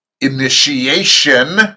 initiation